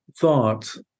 thoughts